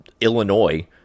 Illinois